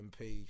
mp